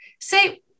say